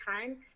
time